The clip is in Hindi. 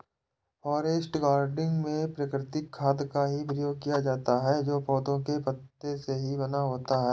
फॉरेस्ट गार्डनिंग में प्राकृतिक खाद का ही प्रयोग किया जाता है जो पौधों के पत्तों से ही बना होता है